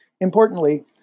Importantly